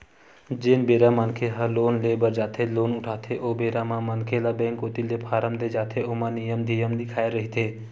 जेन बेरा मनखे ह लोन ले बर जाथे लोन उठाथे ओ बेरा म मनखे ल बेंक कोती ले फारम देय जाथे ओमा नियम धियम लिखाए रहिथे